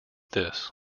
this